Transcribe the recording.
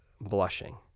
blushing